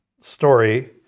story